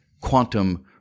quantum